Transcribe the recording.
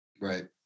right